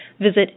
visit